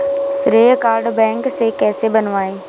श्रेय card bank से कैसे बनवाएं?